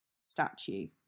statue